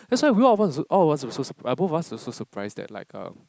that's why both of us all of us was sur~ both of us were so surprised like err